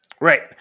Right